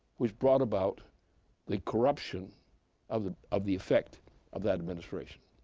which brought about the corruption of the of the effect of that administration.